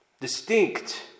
distinct